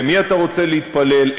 למי אתה רוצה להתפלל,